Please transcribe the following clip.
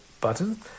button